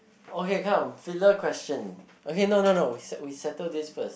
okay come filler question okay no no no we we settle this first